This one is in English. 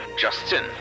Justin